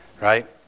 Right